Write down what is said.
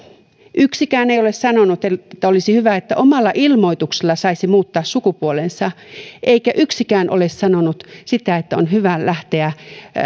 yksikään ei ole sanonut että että olisi hyvä että omalla ilmoituksella saisi muuttaa sukupuolensa eikä yksikään ole sanonut sitä että on hyvä lähteä